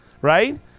right